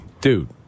Dude